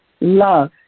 Love